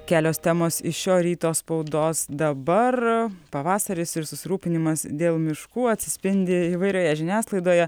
kelios temos iš šio ryto spaudos dabar pavasaris ir susirūpinimas dėl miškų atsispindi įvairioje žiniasklaidoje